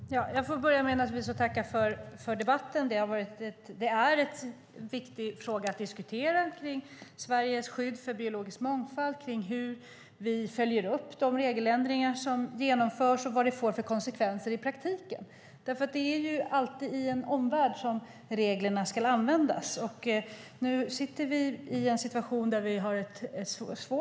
Herr talman! Jag får börja med att tacka för debatten. Det är viktigt att diskutera Sveriges skydd för biologisk mångfald, hur vi följer upp de regeländringar som genomförs och vad det får för konsekvenser i praktiken. Det är ju alltid i en omvärld som reglerna ska användas. Och nu sitter vi i en situation där vi har ett svårt mål.